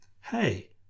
hey